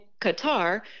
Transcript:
Qatar